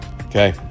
okay